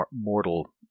mortal